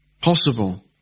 possible